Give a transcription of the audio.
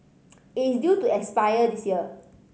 it is due to expire this year